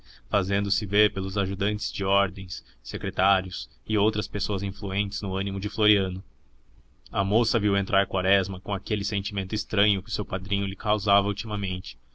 itamarati fazendo-se ver pelos ajudantes deordens secretários e outras pessoas influentes no ânimo de floriano a moça viu entrar quaresma com aquele sentimento estranho que o seu padrinho lhe causava ultimamente